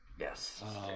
Yes